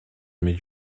mit